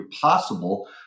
possible